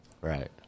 Right